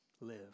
live